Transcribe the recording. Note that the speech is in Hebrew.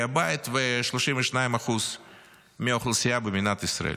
הבית ו-32% מהאוכלוסייה במדינת ישראל.